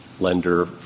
lender